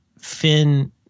Finn